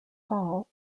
hall